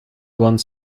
one